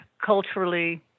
culturally